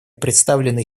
представленный